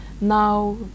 Now